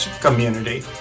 community